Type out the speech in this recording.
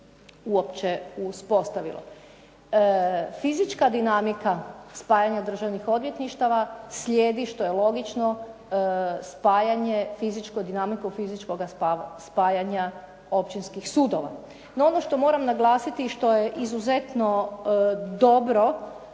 uopće uspostavilo. Fizička dinamika spajanja državnih odvjetništava slijedi što je logično spajanje fizičko, dinamiku fizičkoga spajanja općinskih sudova. No, ono što moram naglasiti i što je izuzetno dobro